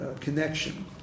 connection